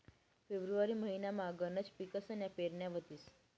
February महिनामा गनच पिकसन्या पेरण्या व्हतीस